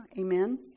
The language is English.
amen